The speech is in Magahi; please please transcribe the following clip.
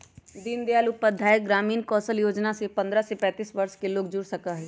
दीन दयाल उपाध्याय ग्रामीण कौशल योजना से पंद्रह से पैतींस वर्ष के लोग जुड़ सका हई